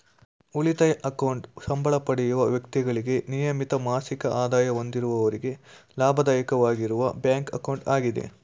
ಉಳಿತಾಯ ಅಕೌಂಟ್ ಸಂಬಳ ಪಡೆಯುವ ವ್ಯಕ್ತಿಗಳಿಗೆ ನಿಯಮಿತ ಮಾಸಿಕ ಆದಾಯ ಹೊಂದಿರುವವರಿಗೆ ಲಾಭದಾಯಕವಾಗಿರುವ ಬ್ಯಾಂಕ್ ಅಕೌಂಟ್ ಆಗಿದೆ